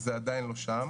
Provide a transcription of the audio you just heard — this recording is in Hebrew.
זה עדיין לא שם,